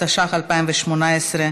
התשע"ח 2018,